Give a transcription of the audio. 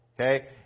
okay